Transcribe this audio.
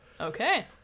Okay